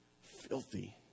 filthy